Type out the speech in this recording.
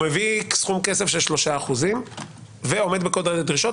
מביא סכום כסף של 3% ועומד בכל הדרישות.